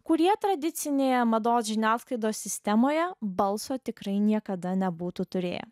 kurie tradicinėje mados žiniasklaidos sistemoje balso tikrai niekada nebūtų turėję